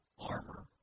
armor